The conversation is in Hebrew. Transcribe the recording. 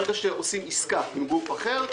ברגע שעושים עסקה עם גוף אחר,